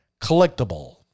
collectible